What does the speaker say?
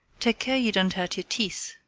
take care you don't hurt your teeth,